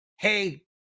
Hey